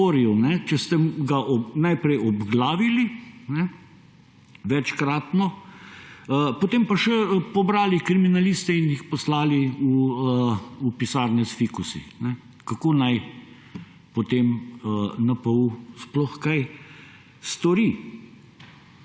storil, če ste ga najprej večkratno obglavili, potem pa še pobrali kriminaliste in jih poslali v pisarne s fikusi. Kako naj potem NPU sploh kaj stori?